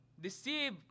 deceive